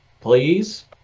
Please